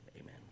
amen